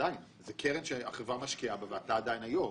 זו קרן שהחברה משקיעה בה ואתה היו"ר.